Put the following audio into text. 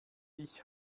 ich